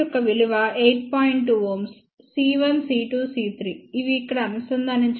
2 Ω c 1 c 2 c 3 ఇవి ఇక్కడ అనుసంధానించబడి ఉన్నాయి